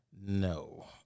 No